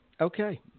okay